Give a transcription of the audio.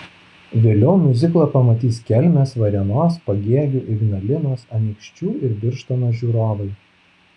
vėliau miuziklą pamatys kelmės varėnos pagėgių ignalinos anykščių ir birštono žiūrovai